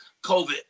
COVID